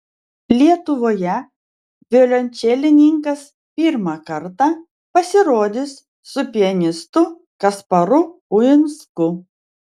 lietuvoje violončelininkas pirmą kartą pasirodys su pianistu kasparu uinsku